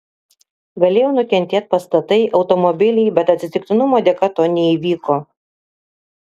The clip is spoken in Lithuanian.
galėjo nukentėt pastatai automobiliai bet atsitiktinumo dėka to neįvyko